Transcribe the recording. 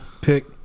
pick